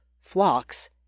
flocks